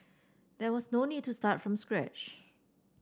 there was no need to start from scratch